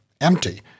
empty